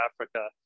Africa